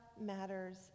matters